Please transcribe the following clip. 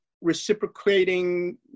reciprocating